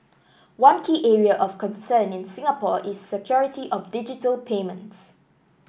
one key area of concern in Singapore is security of digital payments